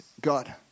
God